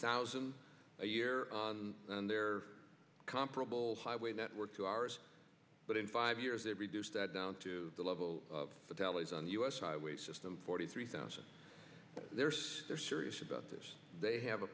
thousand a year and their comparable highway network to ours but in five years they reduce that down to the level of fatalities on the us highway system forty three thousand there's they're serious about this they have a